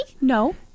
No